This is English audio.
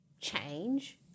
change